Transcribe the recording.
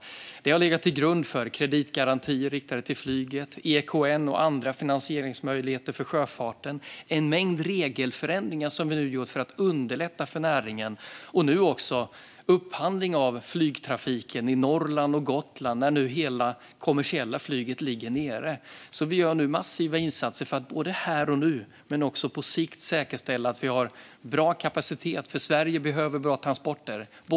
Detta har legat till grund för kreditgarantier riktade till flyget, EKN och andra finansieringsmöjligheter för sjöfarten, en mängd regeländringar som vi gjort för att underlätta för näringen och nu också upphandling av flygtrafiken i Norrland och på Gotland när hela det kommersiella flyget ligger nere. Vi gör alltså massiva insatser för att här och nu men också på sikt säkerställa att vi har bra kapacitet, för i Sverige behöver vi våra transporter.